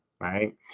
Right